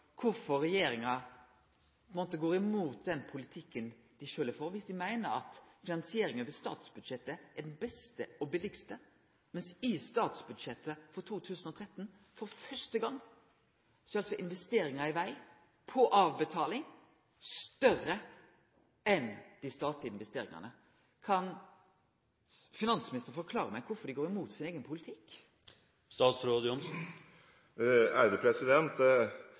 kvifor regjeringa på ein måte går imot den politikken dei sjølve er for, viss dei meiner at finansiering over statsbudsjettet er den beste og den billigaste. I statsbudsjettet for 2013 er altså for første gong investeringar i veg på avbetaling større enn dei statlege investeringane. Kan finansministeren forklare meg kvifor dei går imot sin eigen politikk?